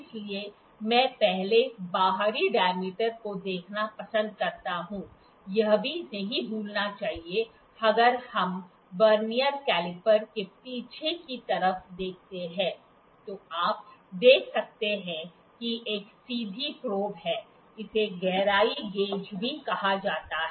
इसलिए मैं पहले बाहरी डाय्मीटर को देखना पसंद करता हूं यह भी नहीं भूलना चाहिए अगर हम वर्नियर कैलीपर के पीछे की तरफ देखते हैं तो आप देख सकते हैं कि एक सीधी प्रोब है इसे गहराई गैज भी कहा जा सकता है